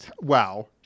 Wow